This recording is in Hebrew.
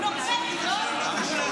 הוא נורבגי, לא?